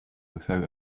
without